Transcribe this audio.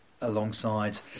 alongside